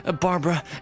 Barbara